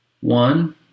one